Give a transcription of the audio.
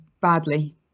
badly